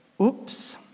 oops